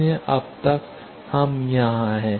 इसलिए अब तक हम यहां हैं